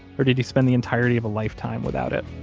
or did he spend the entirety of a lifetime without it?